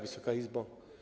Wysoka Izbo!